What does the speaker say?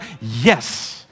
yes